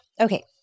okay